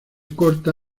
corta